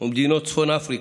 ומדינות צפון אפריקה,